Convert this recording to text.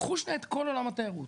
קחו שניה את כל עולם התיירות,